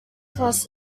plus